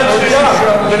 מי